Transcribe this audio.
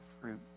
fruit